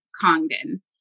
Congdon